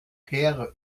peer